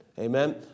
Amen